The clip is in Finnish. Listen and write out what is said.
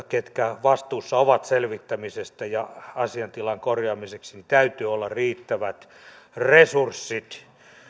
ketkä ovat vastuussa selvittämisestä ja asiantilan korjaamisesta täytyy olla riittävät resurssit